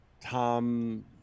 Tom